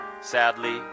Sadly